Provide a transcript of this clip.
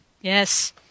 Yes